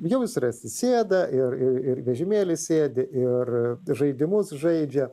jau jis ir atsisėda ir ir ir vežimėly sėdi ir žaidimus žaidžia